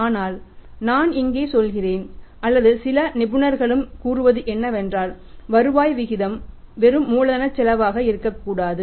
ஆனால் நான் இங்கே சொல்கிறேன் அல்லது சில நிபுணர்களும் கூறுவது என்னவென்றால் வருவாய் விகிதம் வெறும் மூலதனச் செலவாக இருக்கக்கூடாது